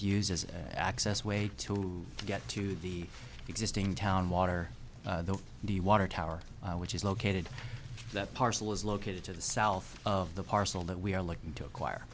used as an access way to get to the existing town water the the water tower which is located that parcel is located to the south of the parcel that we are looking to acquire